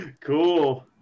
Cool